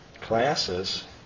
classes